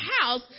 house